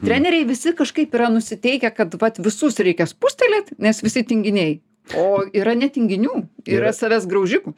treneriai visi kažkaip yra nusiteikę kad vat visus reikia spustelėt nes visi tinginiai o yra ne tinginių yra savęs graužikų